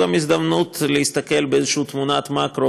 והוא גם הזדמנות להסתכל באיזושהי תמונת מקרו,